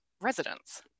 residents